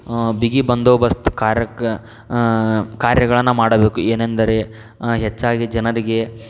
ಬಿಗಿ ಬಂದೋಬಸ್ತ್ ಕಾರ್ಯಕ್ಕ ಕಾರ್ಯಗಳನ್ನು ಮಾಡಬೇಕು ಏನೆಂದರೆ ಹೆಚ್ಚಾಗಿ ಜನರಿಗೆ